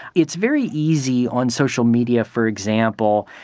it's very easy on social media, for example,